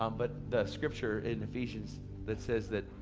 um but the scripture in ephesians that says that,